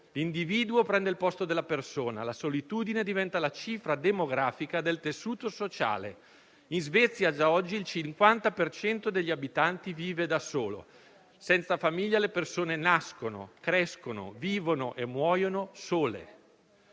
l'individuo prende il posto della persona e la solitudine diventa la cifra demografica del tessuto sociale. In Svezia già oggi il 50 per cento degli abitanti vive da solo. Senza famiglia, le persone nascono, crescono, vivono e muoiono sole.